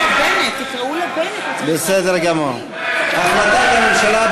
החלטת הממשלה,